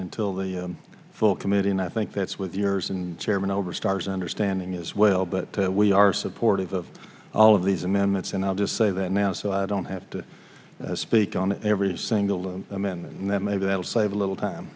until the full committee and i think that's with yours and chairman over starr's understanding as well but we are supportive of all of these amendments and i'll just say that now so i don't have to speak on every single amendment and then maybe that will save a little time